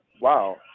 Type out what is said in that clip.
wow